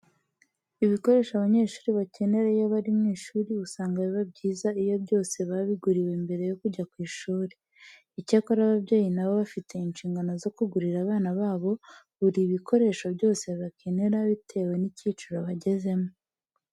Ibikoresho abanyeshuri bakenera iyo bari mu Ishuri, usanga biba byiza iyo byose babiguriwe mbere yo kujya ku ishuri. Icyakora ababyeyi na bo bafite inshingano zo kugurira abana babo buri bikoresho byose bakenera bitewe n'icyiciro bagezemo.